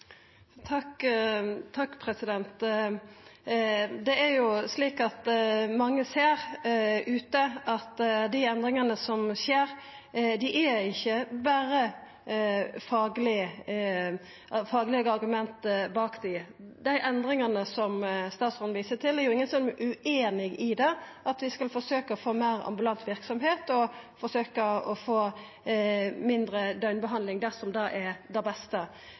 ikkje berre faglege argument bak. Dei endringane som statsråden viser til, er det jo ingen som er ueinige i, at vi skal forsøkja å få meir ambulant verksemd og forsøkja å få mindre døgnbehandling dersom det er det beste.